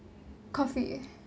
coffee